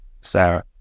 Sarah